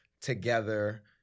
together